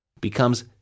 becomes